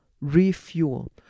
refuel